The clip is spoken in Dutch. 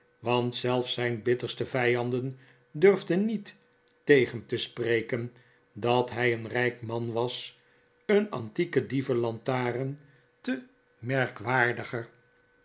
want zelfs zijn bitterste vijanden durfden niet tegen te spreken dat hij een rijk man was een antieke dievenlantaren te merkwaardiger